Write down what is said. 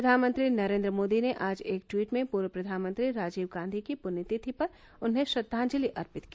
प्रधानमंत्री नरेन्द्र मोदी ने आज एक ट्वीट में पूर्व प्रधानमंत्री राजीव गांधी की प्ण्यतिथि पर उन्हें श्रद्वांजलि अर्पित की